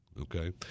Okay